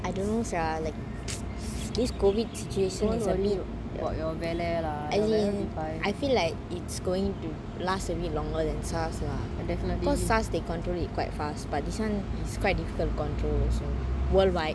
I don't know sia like this COVID situation it's a bit as in I feel like it's going to last a bit longer than SARS lah cause SARS they control it qutie fast but this one is quite difficult to control also worldwide